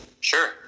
Sure